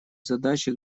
задачи